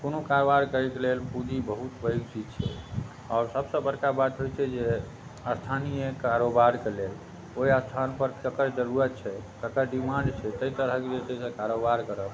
कोनो कारबार करैके लेल पूँजी बहुत पैघ चीज छिए आओर सबसँ बड़का बात होइ छै जे स्थानीय कारोबारके लेल ओहि स्थानपर ककर जरूरत छै ककर डिमान्ड छै ताहि तरहके जे छै से कारोबार करब